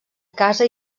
casa